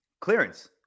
Clearance